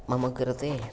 मम कृते